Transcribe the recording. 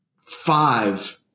five